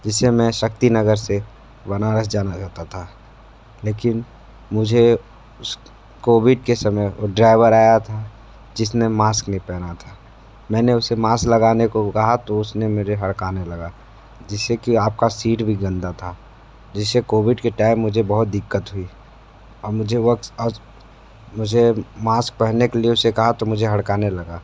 इसे मैं शक्तिनगर से बनारस जाना चाहता था लेकिन मुझे उस कोविड के समय और ड्राइवर आया था जिसने मास्क नहीं पहना था मैंने उसे मास्क लगाने को कहाँ तो उसने मेरे हड़काने लगा जिससे की आपकी सीट भी गंदा था जिससे कोविड के टाइम मुझे बहुत दिक्कत हुई और मुझे मुझे मास्क पहनने के लिए मैंने उसे कहाँ तो मुझे हड़काने लगा